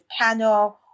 panel